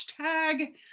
hashtag